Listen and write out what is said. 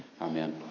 Amen